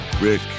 Rick